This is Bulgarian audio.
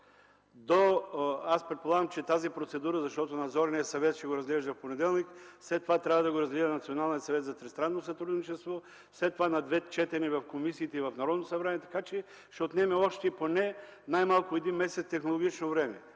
Аз предполагам, че процедурата за неговото решаване (Надзорният съвет ще го разглежда в понеделник, след това трябва да го разгледа Националният съвет за тристранно сътрудничество, след това – на две четения в комисиите и в Народното събрание) ще отнеме най-малко един месец технологично време.